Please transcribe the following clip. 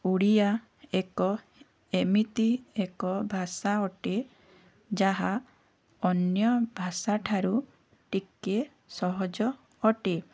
ଓଡ଼ିଆ ଏକ ଏମିତି ଏକ ଭାଷା ଅଟେ ଯାହା ଅନ୍ୟ ଭାଷା ଠାରୁ ଟିକେ ସହଜ ଅଟେ